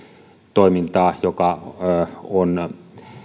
toimintaa joka on